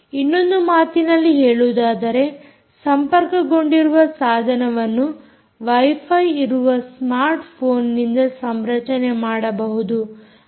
ಇನ್ನೊಂದು ಮಾತಿನಲ್ಲಿ ಹೇಳುವುದಾದರೆ ಸಂಪರ್ಕಗೊಂಡಿರುವ ಸಾಧನವನ್ನು ವೈಫೈ ಇರುವ ಸ್ಮಾರ್ಟ್ ಫೋನ್ನಿಂದ ಸಂರಚನೆ ಮಾಡಬಹುದು